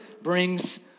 brings